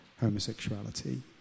homosexuality